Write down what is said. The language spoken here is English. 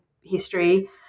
history